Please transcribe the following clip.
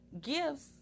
gifts